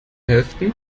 hälften